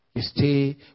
stay